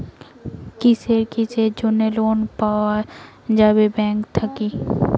কিসের কিসের জন্যে লোন পাওয়া যাবে ব্যাংক থাকি?